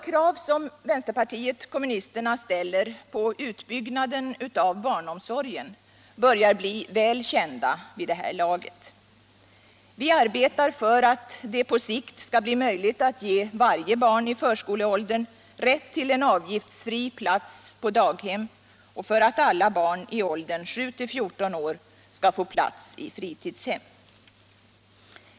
De krav som vänsterpartiet kommunisterna ställer på utbyggnaden av barnomsorgen börjar bli väl kända vid det här laget. Vi arbetar för att det på sikt skall bli möjligt att ge varje barn i förskoleåldern rätt till en avgiftsfri plats på daghem och för att alla barn i åldern 7-14 år skall få en plats på fritidshem.